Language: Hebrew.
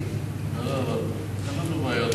ראיתי.